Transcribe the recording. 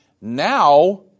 Now